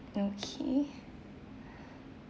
okay